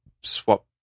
swap